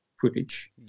footage